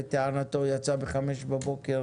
לטענתו הוא יצא בחמש בבוקר